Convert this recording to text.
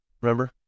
remember